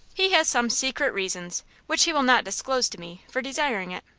he has some secret reason, which he will not disclose to me, for desiring it.